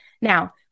Now